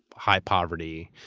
high poverty,